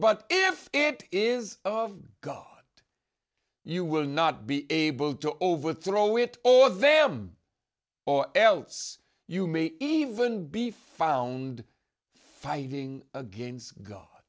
but if it is of god you will not be able to overthrow it or them or else you may even be found fighting against god